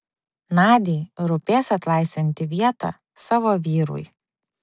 nadiai rūpės atlaisvinti vietą savo vyrui